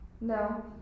No